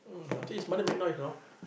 mm until his mother make noise you know